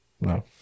No